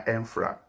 Enfra